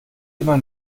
immer